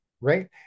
Right